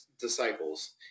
disciples